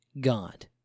God